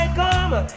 come